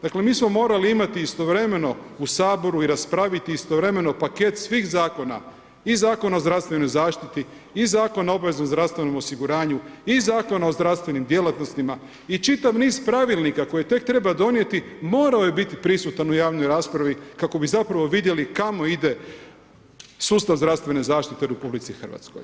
Dakle mi smo morali imati istovremeno u Saboru i raspraviti istovremeno paket svih zakona, i Zakon o zdravstvenoj zaštiti i Zakona o obveznom zdravstvenom osiguranju i Zakon o zdravstvenim djelatnostima i čitav niz pravilnika koje tek treba donijeti, morao je biti prisutan u javnoj raspravi kako bi zapravo vidjeli kamo ide sustav zdravstvene zaštite u RH.